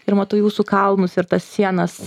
ir matau jūsų kalnus ir tas sienas